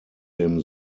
dem